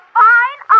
fine